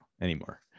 anymore